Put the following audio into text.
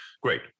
great